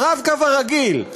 ב"רב-קו" הרגיל.